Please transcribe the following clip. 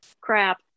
crap